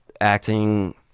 acting